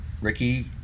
Ricky